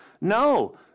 No